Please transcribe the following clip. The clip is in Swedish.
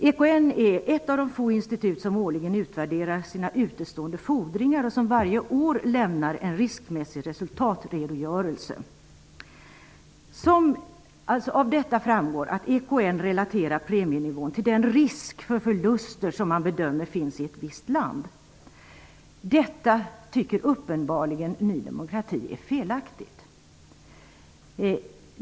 EKN är ett av de få institut som årligen utvärderar sina utestående fordringar och som varje år lämnar en riskmässig resultatredogörelse. Av detta framgår att EKN relaterar premienivån till den risk för förluster som man bedömer finns i ett visst land. Ny demokrati tycker uppenbarligen att detta är felaktigt.